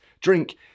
drink